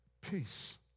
peace